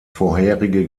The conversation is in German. vorherige